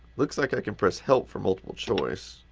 looks like i can press help for multiple choice.